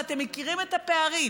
ואתם מכירים את הפערים